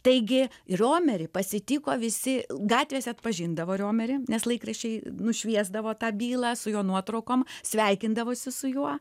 taigi riomerį pasitiko visi gatvėse atpažindavo riomerį nes laikraščiai nušviesdavo tą bylą su jo nuotraukom sveikindavosi su juo